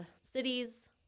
cities